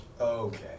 Okay